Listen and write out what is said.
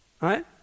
Right